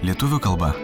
lietuvių kalba